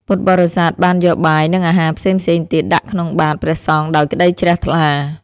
ពុទ្ធបរិស័ទបានយកបាយ និងអាហារផ្សេងៗទៀតដាក់ក្នុងបាត្រព្រះសង្ឃដោយក្ដីជ្រះថ្លា។